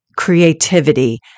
creativity